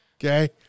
Okay